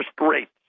rates